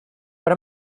what